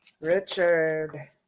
richard